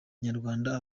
kinyarwanda